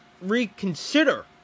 reconsider